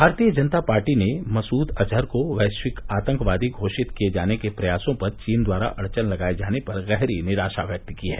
भारतीय जनता पार्टी ने मसूद अजहर को वैश्विक आतंकवादी घोषित किये जाने के प्रयासों पर चीन द्वारा अड्वन लगाये जाने पर गहरी निराशा व्यक्त की है